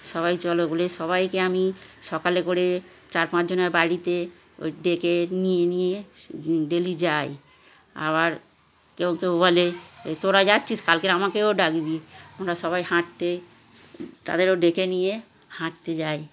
সবাই চলো বলে সবাইকে আমি সকালে করে চার পাঁচজনের বাড়িতে ওই ডেকে নিয়ে নিয়ে ডেইলি যাই আবার কেউ কেউ বলে ওই তোরা যাচ্ছিস কালকের আমাকেও ডাকবি আমরা সবাই হাঁটতে তাদেরও ডেকে নিয়ে হাঁটতে যাই